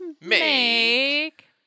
make